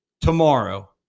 tomorrow